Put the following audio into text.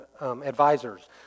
advisors